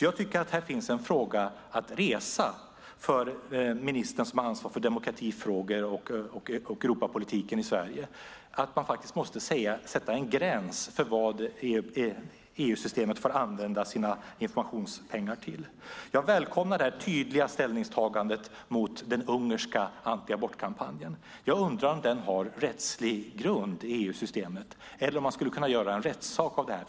Jag tycker att här finns en fråga att resa för ministern som har ansvar för demokratifrågor och Europapolitiken i Sverige. Man måste sätta en gräns för vad EU-systemet får använda sina informationspengar till. Jag välkomnar det tydliga ställningstagandet mot den ungerska antiabortkampanjen. Jag undrar om den har rättslig grund i EU-systemet eller om man skulle kunna göra en rättssak av det.